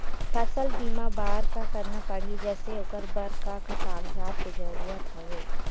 फसल बीमा बार का करना पड़ही जैसे ओकर बर का का कागजात के जरूरत हवे?